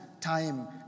time